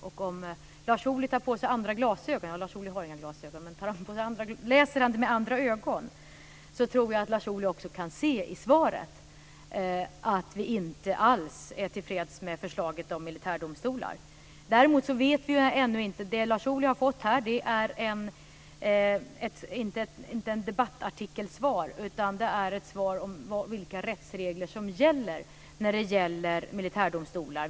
Om Lars Ohly läser med andra ögon kan han nog också se i svaret att vi inte alls är tillfreds med förslaget om militärdomstolar. Det Lars Ohly har fått här är inte ett debattartikelsvar, utan ett svar om vilka rättsregler som gäller i fråga om militärdomstolar.